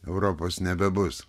europos nebebus